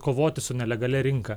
kovoti su nelegalia rinka